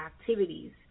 activities